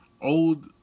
old